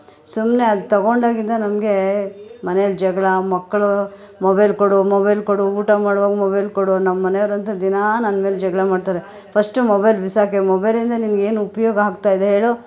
ಸುಮ್ಮನೆ ಅದು ತಗೊಂಡಾಗಿಂದ ನಮಗೆ ಮನೆಯಲ್ ಜಗಳ ಮಕ್ಕಳು ಮೊಬೈಲ್ ಕೊಡು ಮೊಬೈಲ್ ಕೊಡು ಊಟ ಮಾಡ್ವಾಗ ಮೊಬೈಲ್ ಕೊಡು ನಮ್ಮ ಮನೆಯವ್ರ್ ಅಂತು ದಿನ ನನ್ಮೇಲೆ ಜಗಳ ಮಾಡ್ತಾರೆ ಫಶ್ಟು ಮೊಬೈಲ್ ಬಿಸಾಕೆ ಮೊಬೈಲಿಂದ ನಿನಗೇನು ಉಪಯೋಗ ಆಗ್ತಾಯಿದೆ ಹೇಳು